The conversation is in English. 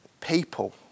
people